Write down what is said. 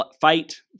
fight